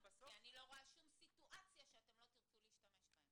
אני לא רואה שום סיטואציה שלא תרצו להשתמש.